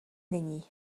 není